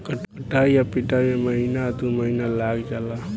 कटाई आ पिटाई में त महीना आ दु महीना लाग जाला